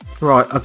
right